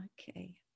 Okay